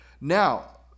Now